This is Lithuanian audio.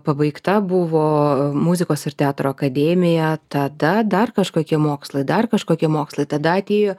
pabaigta buvo muzikos ir teatro akademija tada dar kažkokie mokslai dar kažkokie mokslai tada atėjo